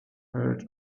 heard